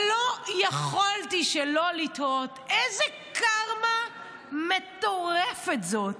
לא יכולתי שלא לתהות איזה קארמה מטורפת זאת,